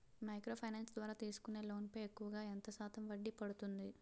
Micro finance ద్వారా తీసుకునే loan పై ఎక్కువుగా ఎంత శాతం వడ్డీ పడుతుంది?